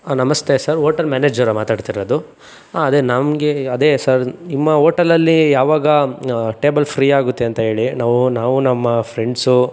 ನಮಸ್ತೆ sir hotel ಮ್ಯಾನೇಜರಾ ಮಾತಾಡ್ತಿರೋದು ಹಾಂ ಅದೇ ನಮಗೆ ಅದೇ ಸರ್ ನಿಮ್ಮ ಹೋಟೆಲಲ್ಲಿ ಯಾವಾಗ ಟೇಬಲ್ ಫ್ರೀಯಾಗುತ್ತೆ ಅಂತ ಹೇಳಿ ನಾವು ನಾವು ನಮ್ಮ ಫ್ರೆಂಡ್ಸು